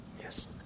Yes